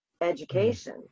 education